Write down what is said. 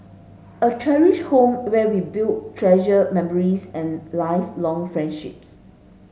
a cherished home where we build treasured memories and lifelong friendships